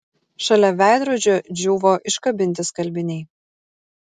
šalia veidrodžio džiūvo iškabinti skalbiniai